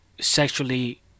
sexually